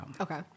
Okay